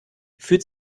fühlt